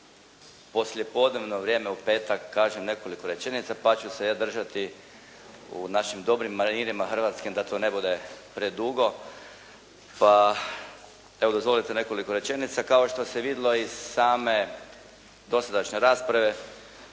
poslijepodnevno vrijeme u petak kažem nekoliko rečenica pa ću se ja držati u našim dobrim manirima hrvatskim da to ne bude predugo. Pa evo dozvolite nekoliko rečenica. Kao što se vidjelo iz same dosadašnje rasprave